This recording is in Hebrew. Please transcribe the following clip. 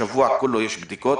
בשבוע הזה כולו נערכות בדיקות.